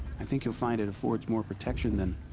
i think you'll find it affords more protection than.